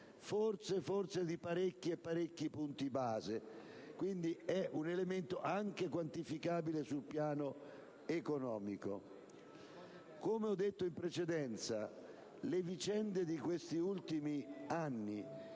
tedeschi forse di parecchi punti base. Quindi, è un elemento anche quantificabile sul piano economico. Come ho detto in precedenza, le vicende di questi ultimi anni